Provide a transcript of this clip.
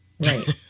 Right